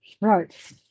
Right